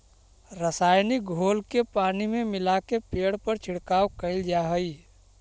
रसायनिक घोल के पानी में मिलाके पेड़ पर छिड़काव कैल जा हई